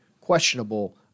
questionable